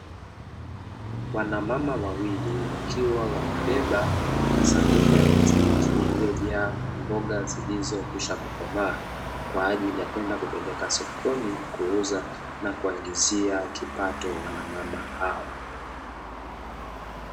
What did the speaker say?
Wamama wawili wakiwa wamebeba masanduku ya plastiki yaliyojaa mboga zilizokwisha kukomaa, kwa ajili ya kwenda kupeleka sokoni kuuzwa na kuwaingizia kipato wamama hao.